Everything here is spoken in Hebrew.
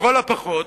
לכל הפחות,